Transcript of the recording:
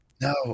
no